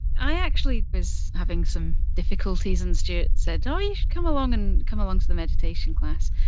i actually was having some difficulties. and stuart said, oh, you should come along and come along to the meditation class.